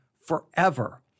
forever